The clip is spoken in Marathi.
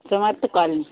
समर्थ कॉलेनी